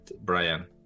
Brian